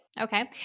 Okay